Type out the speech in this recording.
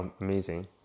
amazing